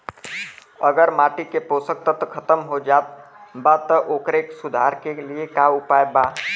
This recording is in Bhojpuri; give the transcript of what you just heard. अगर माटी के पोषक तत्व खत्म हो जात बा त ओकरे सुधार के लिए का उपाय बा?